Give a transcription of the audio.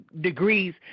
degrees